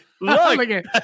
Look